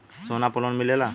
सोना पर लोन मिलेला?